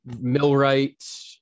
millwright